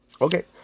Okay